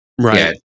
right